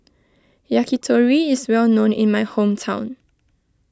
Yakitori is well known in my hometown